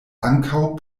ankaŭ